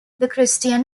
christian